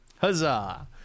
Huzzah